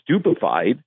stupefied